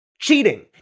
Cheating